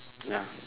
ya